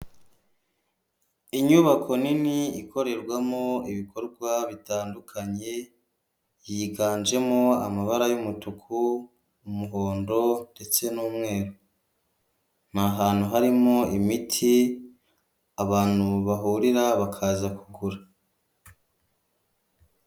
Inyubako nini ikorerwamo ibikorwa bitandukanye yiganjemo amabara y'umutuku, umuhondo ndetse n'umweru n'ahantu harimo imiti abantu bahurira bakaza kugura.